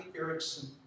Erickson